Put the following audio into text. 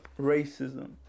racism